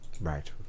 right